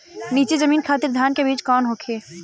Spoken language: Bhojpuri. नीची जमीन खातिर धान के बीज कौन होखे?